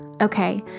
Okay